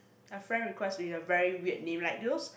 a friend requests with a very weird name right they use